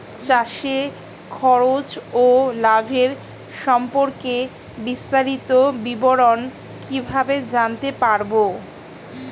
চাষে খরচ ও লাভের সম্পর্কে বিস্তারিত বিবরণ কিভাবে জানতে পারব?